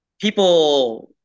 people